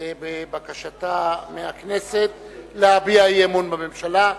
בבקשתה מהכנסת להביע אי-אמון בממשלה.